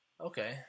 okay